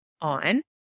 on